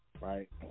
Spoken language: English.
Right